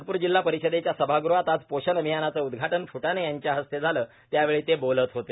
नागपूर जिल्हा परिषदेच्या सभागृहात आज पोषण अभियानाचे उद्वाटन फुटाणे यांच्या हस्ते झाले त्यावेळी ते बोलत होते